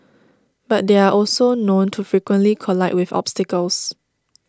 but they are also known to frequently collide with obstacles